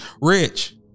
Rich